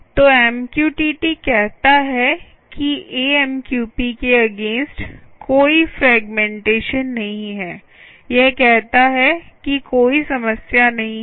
तो एमक्यूटीटी कहता है कि एएमक्यूपी के अगेंस्ट कोई फ्रेगमेंटेशन नहीं है यह कहता है कि कोई समस्या नहीं है